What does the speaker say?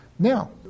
Now